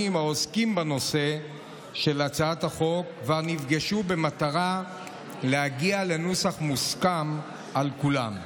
שעוסקים בנושא הצעת החוק כבר נפגשו במטרה להגיע לנוסח מוסכם על כולם.